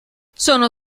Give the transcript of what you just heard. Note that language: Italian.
sono